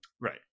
Right